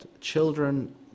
Children